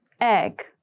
Egg